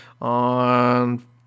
on